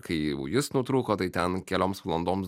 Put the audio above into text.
kai jau jis nutrūko tai ten kelioms valandoms